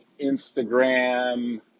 Instagram